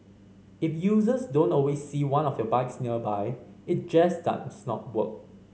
if users don't always see one of your bikes nearby it just does not work